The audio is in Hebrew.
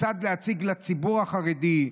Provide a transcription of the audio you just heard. כיצד להציק לציבור החרדי,